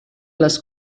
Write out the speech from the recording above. les